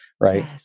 right